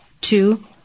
two